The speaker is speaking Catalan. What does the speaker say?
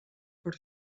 per